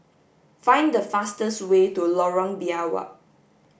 find the fastest way to Lorong Biawak